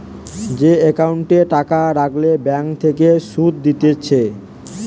যে একাউন্টে টাকা রাখলে ব্যাঙ্ক থেকে সুধ দিতেছে